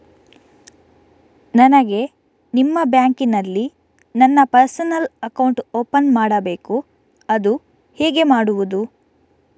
ನನಗೆ ನಿಮ್ಮ ಬ್ಯಾಂಕಿನಲ್ಲಿ ನನ್ನ ಪರ್ಸನಲ್ ಅಕೌಂಟ್ ಓಪನ್ ಮಾಡಬೇಕು ಅದು ಹೇಗೆ ಮಾಡುವುದು?